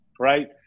right